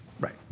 Right